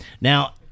now